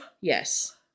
Yes